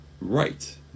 Right